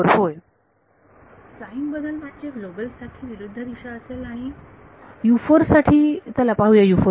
विद्यार्थी साईन बदल म्हणजे ग्लोबल साठी विरुद्ध दिशा असेल आणि साठी चला पाहूया साठी